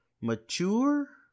Mature